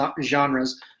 genres